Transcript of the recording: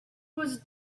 was